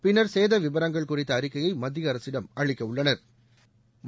பின்னா் சேத விவரங்கள் குறித்த அறிக்கையை மத்திய அரசிடம் அளிக்க உள்ளனா்